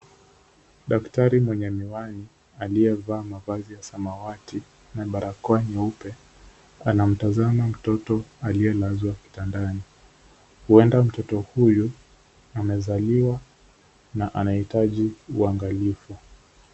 Daktari mwenye miwani aliyevaa mavazi ya samawati na barakoa nyeupe, anamtazama mtoto aliyelazwa kitandani. Huenda mtoto huyu amezaliwa na anahitaji uangalifu.